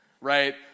right